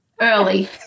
early